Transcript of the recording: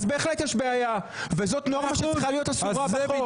אז בהחלט יש בעיה וזאת נורמה שצריכה להיות אסורה בחוק.